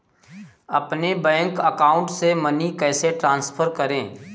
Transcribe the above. अपने bank account से money कैसे ट्रांसफर करें?